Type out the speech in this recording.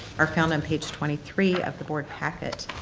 are found on page twenty three of the board packet,